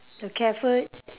the cafe